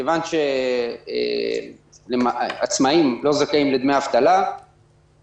מכיוון שעצמאים לא זכאים לדמי אבטלה כדרך